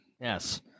Yes